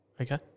Okay